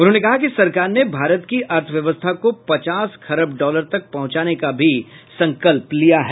उन्होंने कहा कि सरकार ने भारत की अर्थव्यवस्था को पचास खरब डॉलर तक पहुंचाने का भी संकल्प लिया है